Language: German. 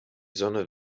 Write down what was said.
sonne